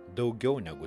daugiau negu